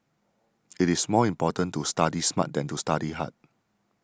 it is more important to study smart than to study hard